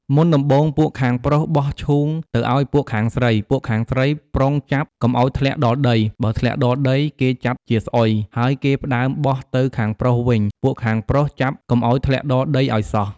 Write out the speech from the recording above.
មុនដំបូង ពួកខាងប្រុសបោះឈូងទៅអោយពួកខាងស្រី ពួកខាងស្រីប្រុងចាប់កុំអោយធ្លាក់ដល់ដី បើធ្លាក់ដល់ដី គេចាត់ជាស្អុយ ហើយគេផ្តើមបោះទៅខាងប្រុសវិញពួកខាងប្រុសចាប់កុំអោយធ្លាក់ដល់ដីឲ្យសោះ។